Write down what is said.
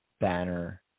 banner